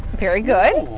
very good.